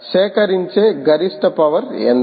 సేకరించే గరిష్ట పవర్ ఎంత